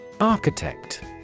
Architect